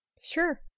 Sure